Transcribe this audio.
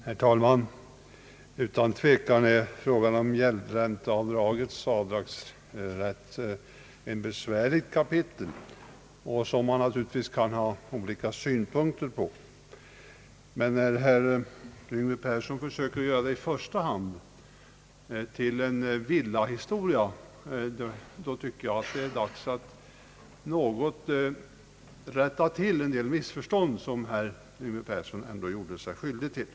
Herr talman! Utan tvivel är frågan om rätten till avdrag för gäldränta ett besvärligt kapitel, som man kan ha olika synpunkter på. Men när herr Yngve Persson försöker göra det i första hand till en villaägarhistoria, tycker jag det är dags att något rätta till en del missförstånd som herr Yngve Persson gjorde sig skyldig till.